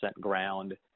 ground